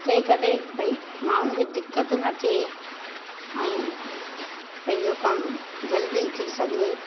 ते कॾहिं भई माण्हू खे दिक़त न थिए ऐं पंहिंजो कमु जल्दी थी सघे